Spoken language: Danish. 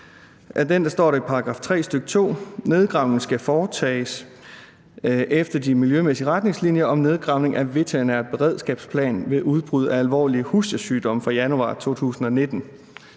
I den står der i § 3, stk. 2: »Nedgravning skal foretages efter de miljømæssige retningslinjer om nedgravning i veterinær beredskabsplan ved udbrud af alvorlige husdyrsygdomme fra januar 2019.«